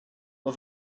mae